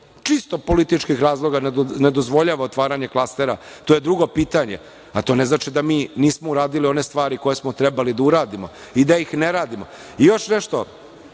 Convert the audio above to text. čisto političkih razloga ne dozvoljava otvaranje klastera, to je drugo pitanje. To ne znači da mi nismo uradili one stvari koje smo trebali da uradimo i da ih ne radimo. Još nešto,